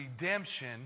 redemption